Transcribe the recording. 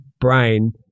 brain